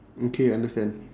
okay understand